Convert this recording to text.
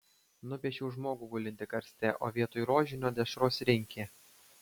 nupiešiau žmogų gulintį karste o vietoj rožinio dešros rinkė